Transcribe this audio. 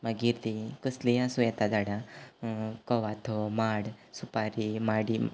मागीर तीं कसलींय आसूं येता झाडां कवाथो माड सुपारी माडी